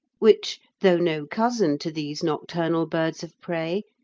which, though no cousin to these nocturnal birds of prey,